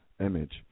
image